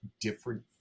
different